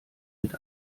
mit